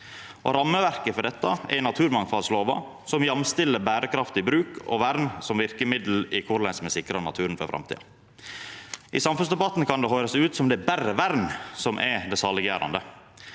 Rammeverket for dette er naturmangfaldslova, som jamstiller berekraftig bruk og vern som verkemiddel for korleis me skal sikra naturen for framtida. I samfunnsdebatten kan det høyrast ut som om det berre er vern som er det saliggjerande.